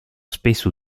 spesso